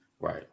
Right